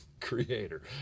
Creator